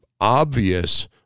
obvious